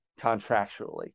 contractually